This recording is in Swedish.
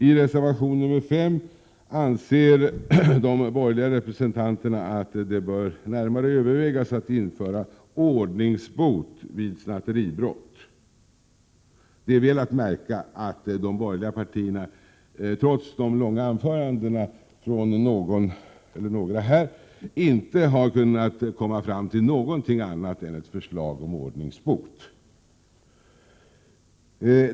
I reservation 5 anför de borgerliga representanterna att det bör närmare övervägas att införa ordningsbot vid snatteribrott. Det är väl att märka att de borgerliga partierna, trots de långa anförandena här, inte har kunnat komma fram till något annat än ett förslag om ordningsbot.